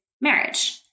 marriage